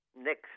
next